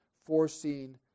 foreseen